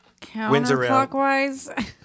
Counterclockwise